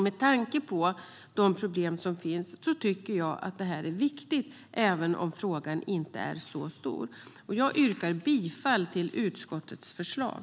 Med tanke på de problem som finns tycker jag att detta är viktigt, även om frågan inte är så stor. Jag yrkar bifall till utskottets förslag.